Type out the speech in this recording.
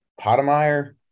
Potemeyer